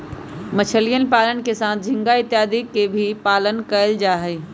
मछलीयन पालन के साथ झींगा इत्यादि के भी पालन कइल जाहई